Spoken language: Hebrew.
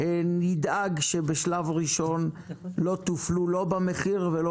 ונדאג שבשלב ראשון לא תופלו במחיר ולא